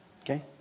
okay